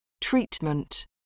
Treatment